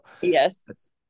yes